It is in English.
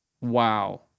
Wow